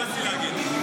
אנחנו יהודים,